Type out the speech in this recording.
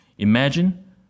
Imagine